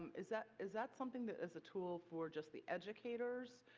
is that is that something that is a tool for just the educators?